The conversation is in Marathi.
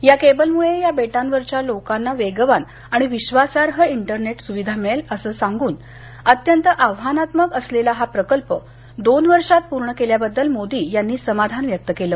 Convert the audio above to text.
या केबलमुळे या बेटांवरच्या लोकांना वेगवान आणि विश्वासार्ह इंटरनेट सुविधा मिळेल असं सांगून अत्यंत आव्हानात्मक असलेला हा प्रकल्प दोन वर्षांत पूर्ण केल्याबद्दल मोदी यांनी समाधान व्यक्त केलं